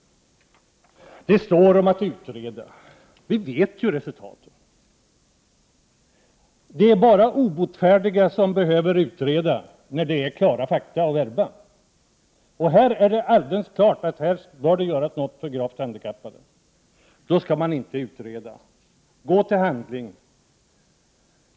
Det står om att utreda. Vi vet ju resultaten. Det är bara obotfärdiga som behöver utreda, när det är klara fakta och verba. Här är det alldeles klart att det skall göras något för gravt handikappade, och då skall man inte utreda. Gå till handling!